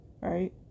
Right